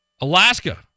Alaska